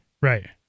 Right